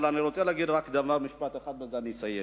אבל אני רוצה להגיד רק משפט אחד, ובזה אני אסיים.